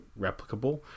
replicable